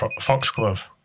Foxglove